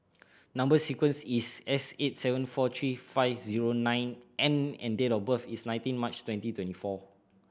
number sequence is S eight seven four three five zero nine N and date of birth is nineteen March twenty twenty four